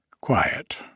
Quiet